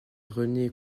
rené